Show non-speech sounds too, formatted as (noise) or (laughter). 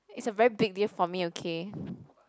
it's a very big diff for me okay (breath)